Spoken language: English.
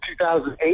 2008